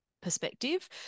perspective